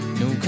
no